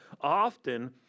often